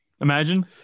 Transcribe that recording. Imagine